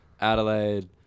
Adelaide